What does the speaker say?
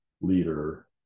leader